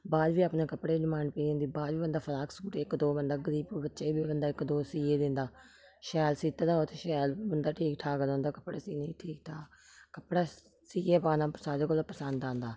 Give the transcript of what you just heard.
बाह्र बी अपने कपड़े दी डिमांड पेई जंदी बाह्र बी बंदा फ्राक सूट इक दो बंदा गरीब बच्चे गी बी बंदा इक दो सीऐ दिंदा शैल सीते दा होग ते शैल बंदा ठीक ठाक रौंह्दा कपड़े सीने गी ठीक ठाक कपड़ा सीऐ पाना सारें कोला पसंद औंदा